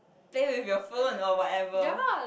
play with your phone or whatever